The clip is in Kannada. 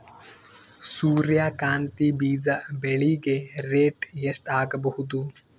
ಸೂರ್ಯ ಕಾಂತಿ ಬೀಜ ಬೆಳಿಗೆ ರೇಟ್ ಎಷ್ಟ ಆಗಬಹುದು?